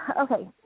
Okay